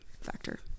factor